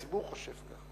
הציבור חושב כך.